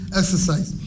exercise